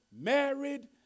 married